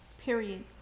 Period